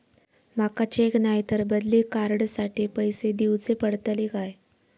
माका चेक नाय तर बदली कार्ड साठी पैसे दीवचे पडतले काय?